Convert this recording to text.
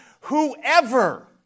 whoever